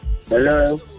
Hello